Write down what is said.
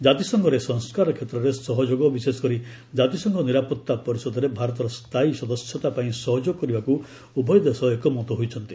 କାତିସଂଘରେ ସଂସ୍କାର କ୍ଷେତ୍ରରେ ସହଯୋଗ ବିଶେଷକରି ଜାତିସଂଘ ନିରାପତ୍ତା ପରିଷଦରେ ଭାରତର ସ୍ଥାୟୀ ସଦସ୍ୟତା ପାଇଁ ସହଯୋଗ କରିବାକୁ ଉଭୟ ଦେଶ ଏକମତ ହୋଇଛନ୍ତି